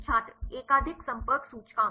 और कई संपर्क सूचकांक